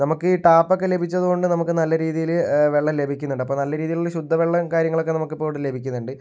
നമുക്ക് ഈ ടാപ്പൊക്കെ ലഭിച്ചത് കൊണ്ട് നമുക്ക് നല്ല രീതിയില് വെള്ളം ലഭിക്കുന്നുണ്ട് അപ്പം നല്ല രീതിയിലുള്ള ശുദ്ധവെള്ളം കാര്യങ്ങളൊക്കെ നമുക്ക് ഇപ്പം ഇവിടെ ലഭിക്കുന്നുണ്ട്